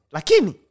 Lakini